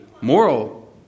moral